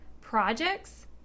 projects